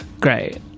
Great